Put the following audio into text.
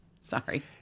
Sorry